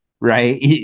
right